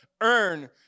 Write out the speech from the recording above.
earn